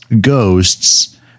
ghosts